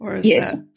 Yes